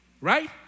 right